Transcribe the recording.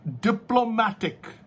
diplomatic